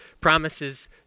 promises